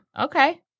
Okay